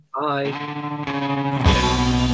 Bye